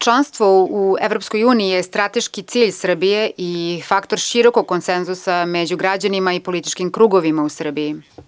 Članstvo u Evropskoj uniji je strateški cilj Srbije i faktor širokog konsenzusa među građanima i političkim krugovima u Srbiji.